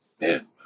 man